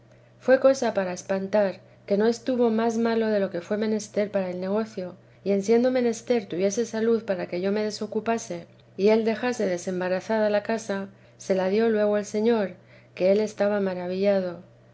fué cosa para espantar y que no estuvo más malo de lo que fué menester para el negocio y en siendo menester tuviese salud para que yo me desocupase y él dejase desembarazada la casa se la dio luego el señor que él estaba maravillado